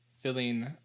filling